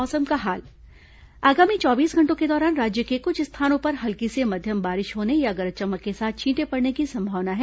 मौसम आगामी चौबीस घंटों के दौरान राज्य के कुछ स्थानों पर हल्की से मध्यम बारिश होने या गरज चमक के साथ छींटे पड़ने की संभावना है